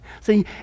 See